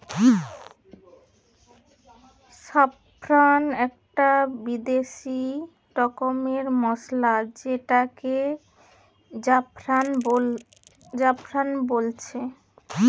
saffron একটি বিসেস রকমের মসলা যেটাকে জাফরান বলছে